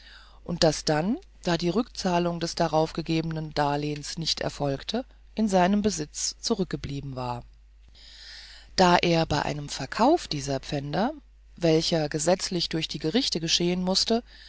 und das dann da die rückzahlung des darauf gegebenen darlehens nicht erfolgte in seinem besitz zurückgeblieben war da er bei einem verkauf dieser pfänder welcher gesetzlich durch die gerichte geschehen mußte